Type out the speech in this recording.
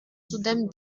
zudem